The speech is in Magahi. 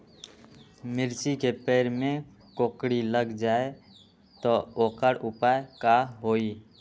मिर्ची के पेड़ में कोकरी लग जाये त वोकर उपाय का होई?